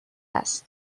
است